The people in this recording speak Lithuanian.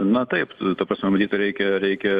na taip ta prasme matyt reikia reikia